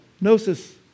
Gnosis